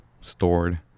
stored